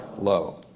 Low